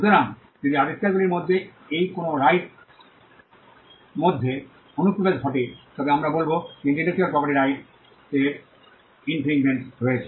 সুতরাং যদি আবিষ্কারগুলির মধ্যে এই কোনও রাইট মধ্যে অনুপ্রবেশ ঘটে তবে আমরা বলব যে ইন্টেলেকচুয়াল প্রপার্টি রাইট র ইনফ্রিঞ্জমেন্ট রয়েছে